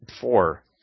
four